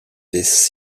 this